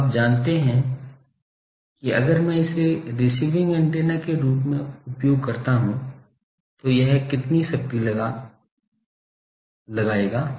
अब आप जानते हैं कि अगर मैं इसे रिसीविंग ऐन्टेना के रूप में उपयोग करता हूं तो यह कितनी शक्ति लगा लगाएगा